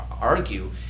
argue